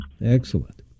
Excellent